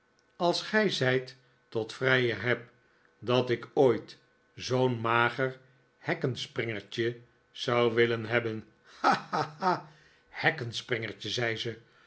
als gij zijt tot vrijer heb dat ik ooit zoo'n mager hekkenspringertje zou willen hebben ha ha ha hekkenspringertje zei ze